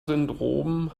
syndrom